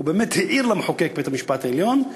הוא באמת העיר למחוקק, בית-המשפט העליון,